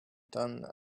done